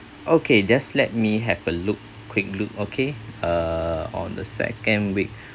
okay just let me have a look quick look okay uh on the second week